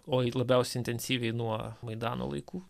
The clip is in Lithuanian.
o labiausiai intensyviai nuo maidano laikų